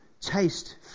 taste